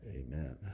Amen